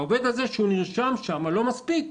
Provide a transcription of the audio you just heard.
העובד שנרשם שם לא מספיק,